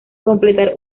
completar